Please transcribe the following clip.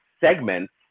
segments